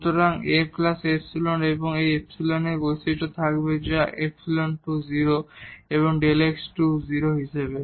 সুতরাং Aϵ এবং এই ইপসিলন এর বৈশিষ্ট্য থাকবে যা ϵ → 0 Δ x → 0 হিসাবে